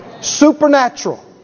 Supernatural